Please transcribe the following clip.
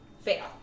fail